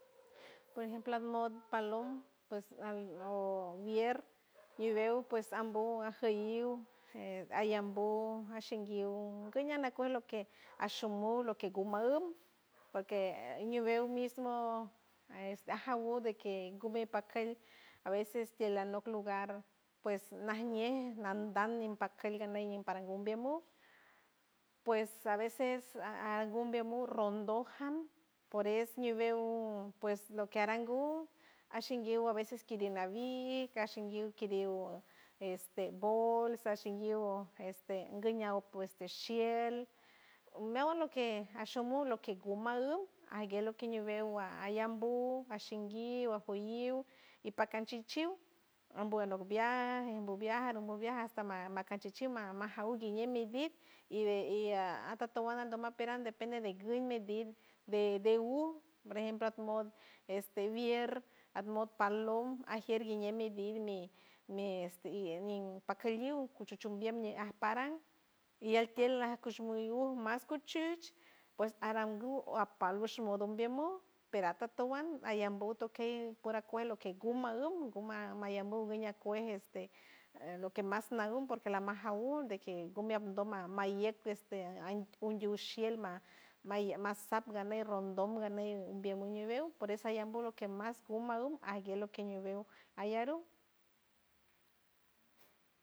Por ejemplo almot palom pues al obier yubeu pues ambu ajeyul ayambu ashenguiu guyanacuild loque ashomul loque gumald porque ñibeu mismo este ajagut de que gube pakel aveces tialonot lugar pues najñe nandan ninpakel leney parangun menyu pues a veces agunmenbiun rondojan por es ñibeu pues lo que arangum ashinguiu a veces kiriniavica ashanguiu kiriu este bolsa ahinguiu guiña este shield meawand loque ashomu loque gumal aguey loque ñibegua ayambu ashinguiu ajoyiu y pakanchichiul ambo anobuguia enbuguiaja enbubiajara hasta maca macachichiuld ma majaul guiñeu ñibit y be yea atotowanan andonat peran depende de guinmedin de debeu por ejemplo atmon este bier armot palom ajier guiñem midit mi este mi este pakeliul guchuchuliend ñe ajparan y el tield ajucushuluyul mascoshush pos arangu o apalush shimodo miunbu pera totowand ayambu tokey por acuel loke gumalum guman mayambu guiñacue este loque mas nagum porque la mas jaum deque gumiandot mayet este aingu shield mayei masap ganey rondon ganey umbie biñibeu por eso ayambu loque mas gumalum agueyj loque ñibeu ayelow.